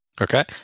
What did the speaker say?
Okay